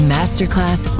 Masterclass